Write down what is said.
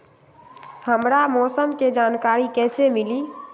हमरा मौसम के जानकारी कैसी मिली?